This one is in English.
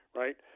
right